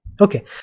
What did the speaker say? okay